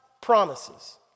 Promises